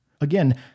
Again